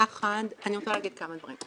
אני רוצה להגיד כמה דברים.